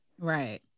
Right